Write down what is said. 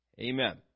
Amen